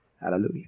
Hallelujah